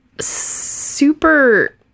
super